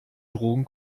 drogen